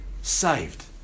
saved